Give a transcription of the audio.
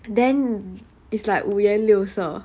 then it's like 五颜六色